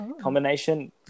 combination